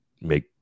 make